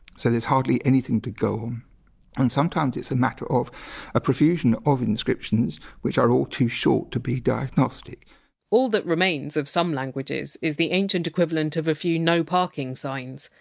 so there's hardly anything to go and sometimes it's a matter of a profusion of inscriptions which are all too short to be diagnostic all that remains of some languages is the ancient equivalent of a few! no parking! signs.